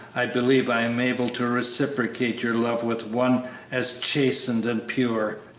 i believe i am able to reciprocate your love with one as chastened and pure.